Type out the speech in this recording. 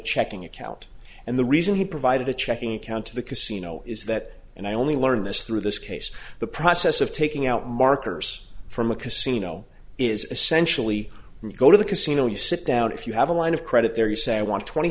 checking account and the reason he provided a checking account to the casino is that and i only learned this through this case the process of taking out markers from a casino is essentially go to the casino you sit down if you have a line of credit there you say i want twenty